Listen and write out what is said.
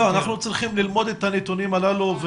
אנחנו צריכים ללמוד את הנתונים הללו.